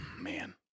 man